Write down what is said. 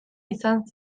izan